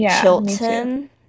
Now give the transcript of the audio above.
Chilton